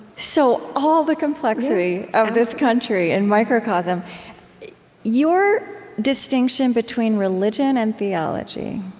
so, all the complexity of this country in microcosm your distinction between religion and theology